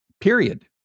Period